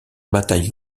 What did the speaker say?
bataille